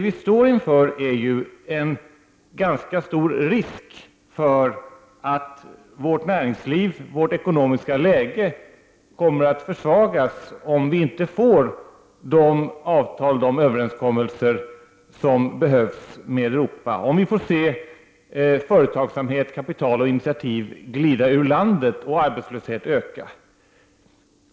Vi står ju inför en ganska stor risk för att vårt näringsliv och vårt ekonomiska läge kommer att försvagas, om vi inte får de överenskommelser som behövs med Europa, om vi får se företagsamhet, kapital och initiativ glida ur landet och om arbetslösheten ökar.